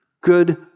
good